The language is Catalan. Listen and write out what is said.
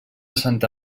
santa